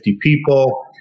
people